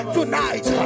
Tonight